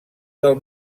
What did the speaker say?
del